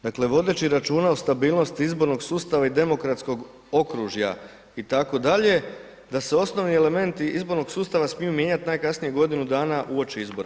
Dakle vodeći računa o stabilnosti izbornog sustava i demokratskog okružja itd., da se osnovni elementi izbornog sustava smiju mijenjati najkasnije godinu dana uoči izbora.